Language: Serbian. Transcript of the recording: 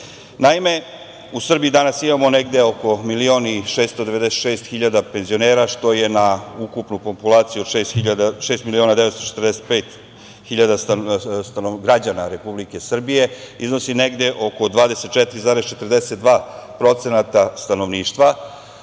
u Srbiji danas imamo negde oko 1.696.000 penzionera, što na ukupnu populaciju od 6.945.000 građana Republike Srbije iznosi negde oko 24,42% stanovništva.